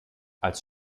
als